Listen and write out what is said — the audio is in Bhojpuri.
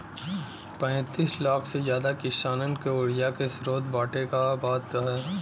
पैंतीस लाख से जादा किसानन के उर्जा के स्रोत बाँटे क बात ह